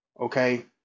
Okay